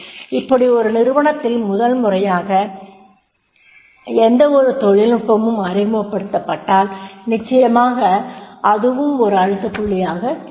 இப்படி ஒரு நிறுவனத்தில் முதல் முறையாக எந்தவொரு தொழில்நுட்பமும் அறிமுகப்படுத்தப்பட்டால் நிச்சயமாக அதுவும் ஒரு அழுத்த புள்ளியாக இருக்கும்